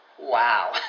Wow